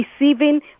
receiving